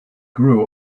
grew